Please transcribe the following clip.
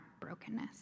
brokenness